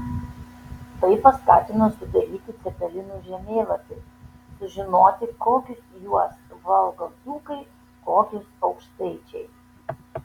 tai paskatino sudaryti cepelinų žemėlapį sužinoti kokius juos valgo dzūkai kokius aukštaičiai